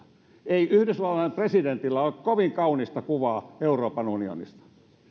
ei yhdysvaltojen presidentillä ole kovin kaunista kuvaa euroopan unionista